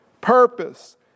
purpose